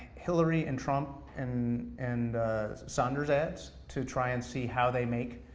hillary and trump and and sanders ads to try and see how they make